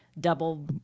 double